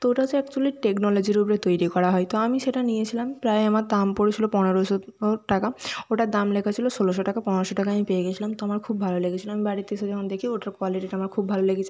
তো ওটা হচ্ছে অ্যাকচুয়েলি টেকনোলজির উপরে তৈরি করা হয় তো আমি সেটা নিয়েছিলাম প্রায় আমার দাম পড়েছিল পনেরোশো টাকা ওটার দাম লেখা ছিল ষোলোশো টাকা পনেরোশো টাকায় আমি পেয়ে গিয়েছিলাম তো আমার খুব ভালো লেগেছিল আমি বাড়িতে এসে যখন দেখি ওটার কোয়ালিটিটা আমার খুব ভালো লেগেছে